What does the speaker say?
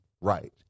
right